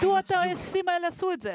מדוע הטייסים האלה עשו זאת?